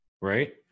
Right